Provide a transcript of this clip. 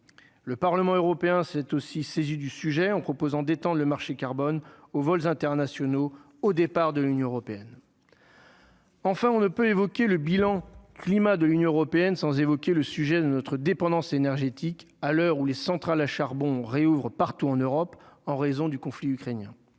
le Parlement européen s'est aussi saisi du sujet en proposant détendre le marché carbone aux vols internationaux au départ de l'Union européenne, enfin on ne peut évoquer le bilan climat de l'Union européenne, sans évoquer le sujet de notre dépendance énergétique à l'heure où les centrales à charbon réouvre partout en Europe en raison du conflit ukrainien,